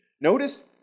Notice